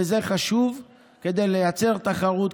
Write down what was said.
וזה חשוב כדי לייצר תחרות,